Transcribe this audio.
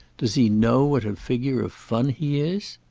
does he know what a figure of fun he is?